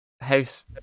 house